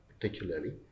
particularly